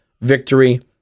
victory